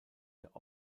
der